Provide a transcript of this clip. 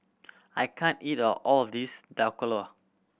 I can't eat all of this Dhokla